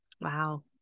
Wow